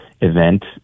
event